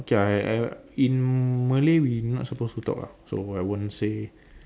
K lah in Malay we not suppose to talk ah so I won't say